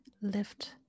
lift